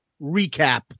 recap